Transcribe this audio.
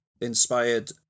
inspired